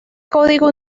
código